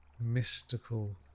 mystical